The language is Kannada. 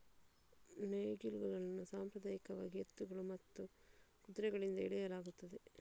ನೇಗಿಲುಗಳನ್ನು ಸಾಂಪ್ರದಾಯಿಕವಾಗಿ ಎತ್ತುಗಳು ಮತ್ತು ಕುದುರೆಗಳಿಂದ ಎಳೆಯಲಾಗುತ್ತದೆ